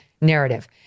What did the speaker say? narrative